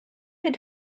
had